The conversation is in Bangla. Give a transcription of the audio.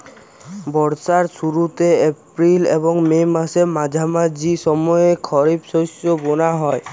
বর্ষার শুরুতে এপ্রিল এবং মে মাসের মাঝামাঝি সময়ে খরিপ শস্য বোনা হয়